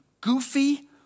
goofy